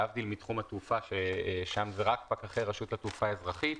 להבדיל מתחום התעופה ששם זה רק פקחי רשות התעופה האזרחית,